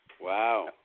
Wow